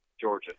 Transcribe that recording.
Georgia